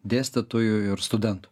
dėstytojų ir studentų